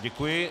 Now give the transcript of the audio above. Děkuji.